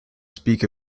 speak